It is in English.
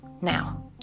Now